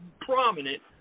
prominent